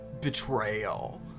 Betrayal